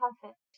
perfect